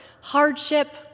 hardship